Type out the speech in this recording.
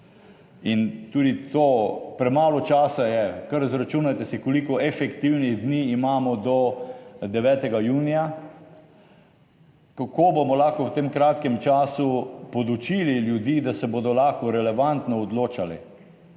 In tudi to premalo časa je. Kar izračunajte si, koliko efektivnih dni imamo do 9. junija! Kako bomo lahko v tem kratkem času podučili ljudi, da se bodo lahko relevantno odločali?